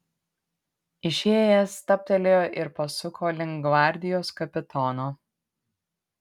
išėjęs stabtelėjo ir pasuko link gvardijos kapitono